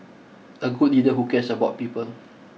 a good leader who cares about people